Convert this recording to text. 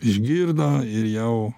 išgirdo ir jau